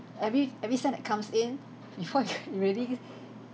every every cent that comes in before you really